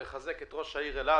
לחזק את ראש העיר אילת